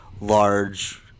large